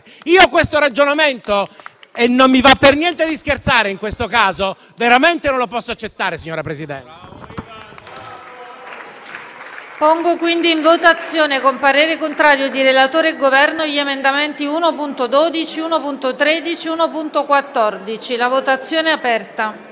Questo ragionamento - e non mi va per niente di scherzare in questo caso - veramente non lo posso accettare, signora Presidente.